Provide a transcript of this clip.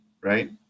Right